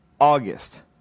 August